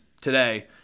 today